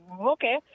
Okay